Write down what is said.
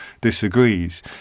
disagrees